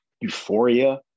Euphoria